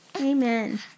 Amen